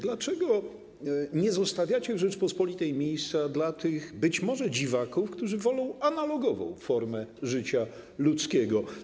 Dlaczego nie zostawiacie w Rzeczypospolitej miejsca dla tych być może dziwaków, którzy wolą analogową formę ludzkiego życia?